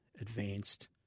advanced